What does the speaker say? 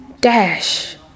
dash